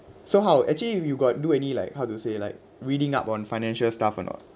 so how actually you got do any like how to say like reading up on financial stuff or not